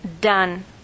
done